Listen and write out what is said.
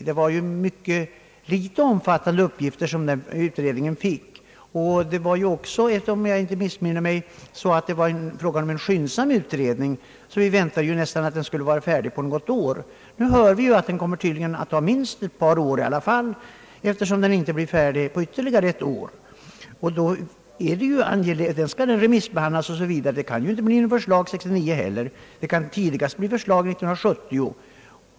Det var inte särskilt omfattande uppgifter som den utredningen fick sig ålagd. Det var dessutom, om jag inte missminner mig, fråga om en skyndsam utredning. Man väntade sig nästan att den skulle vara färdig redan nu. Nu kommer den tydligen i alla fall att ta minst ett år till. Sedan följer remissbehandling osv. Det kan alltså inte bli något förslag 1969 heller, utan tidigast 1970.